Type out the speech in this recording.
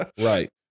Right